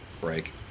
break